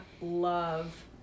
love